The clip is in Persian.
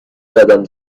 قدم